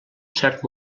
cert